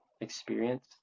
experience